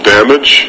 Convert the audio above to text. Damage